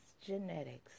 genetics